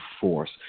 force